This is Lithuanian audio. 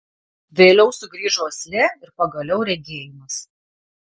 vėliau sugrįžo uoslė ir pagaliau regėjimas